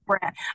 brand